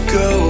go